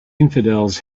infidels